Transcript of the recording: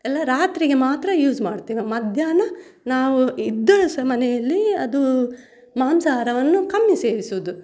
ಎಲ್ಲಾ ರಾತ್ರಿಗೆ ಮಾತ್ರ ಯೂಸ್ ಮಾಡುತ್ತೇವೆ ಮಧ್ಯಾಹ್ನ ನಾವು ಇದ್ದರು ಸಹ ಮನೆಯಲ್ಲಿ ಅದು ಮಾಂಸಹಾರವನ್ನು ಕಮ್ಮಿ ಸೇವಿಸೋದು